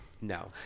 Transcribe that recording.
No